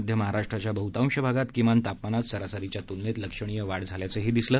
मध्य महाराष्ट्राच्या बहुतांश भागात किमान तापमानात सरासरीच्या तुलनेत लक्षणीय वाढ झाली आहे